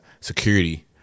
Security